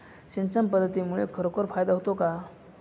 सिंचन पद्धतीमुळे खरोखर फायदा होतो का?